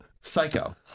Psycho